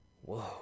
Whoa